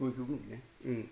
गयखौबो ओम